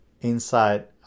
inside